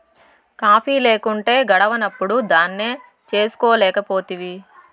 coffee లేకుంటే గడవనప్పుడు దాన్నే చేసుకోలేకపోతివి